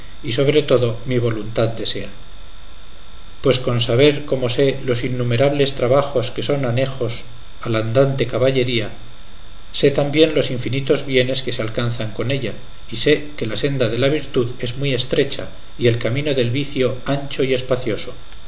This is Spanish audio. y sobre todo mi voluntad desea pues con saber como sé los innumerables trabajos que son anejos al andante caballería sé también los infinitos bienes que se alcanzan con ella y sé que la senda de la virtud es muy estrecha y el camino del vicio ancho y espacioso